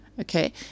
Okay